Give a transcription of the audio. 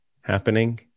happening